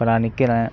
இப்போ நான் நிற்கிறேன்